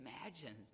Imagine